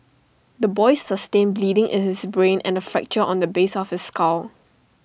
the boy sustained bleeding in his brain and A fracture on the base of his skull